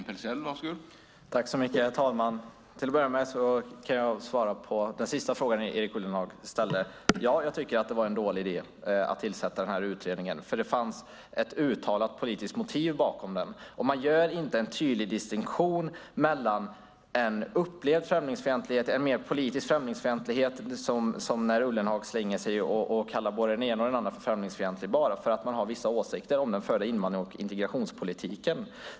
Herr talman! Till att börja med kan jag svara på den sista frågan som Erik Ullenhag ställde. Ja, jag tycker att det var en dålig idé att tillsätta denna utredning eftersom det fanns ett uttalat politiskt motiv bakom den. Man gör inte en tydlig distinktion mellan en upplevd främlingsfientlighet och en mer politisk främlingsfientlighet, som när Ullenhag svänger sig med att kalla både den ena och den andra för främlingsfientlig bara för att man har vissa åsikter om den förda invandrings och integrationspolitiken.